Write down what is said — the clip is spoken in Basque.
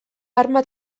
arma